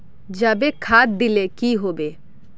जाबे खाद दिले की होबे?